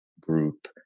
Group